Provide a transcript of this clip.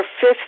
fifth